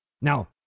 Now